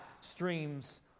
streams